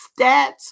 stats